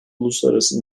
uluslararası